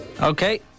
Okay